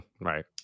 Right